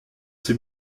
ses